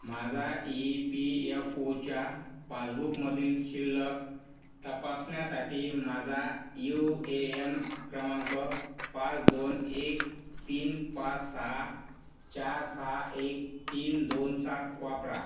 माझा E P F ओच्या पासबुकमधील शिल्लक तपासण्यासाठी माझा यू ए यन क्रमांक पाच दोन एक तीन पाच सहा चार सहा एक तीन दोन सात वापरा